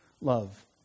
love